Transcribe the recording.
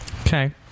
okay